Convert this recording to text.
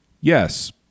Yes